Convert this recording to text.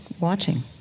watching